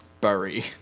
bury